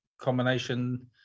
combination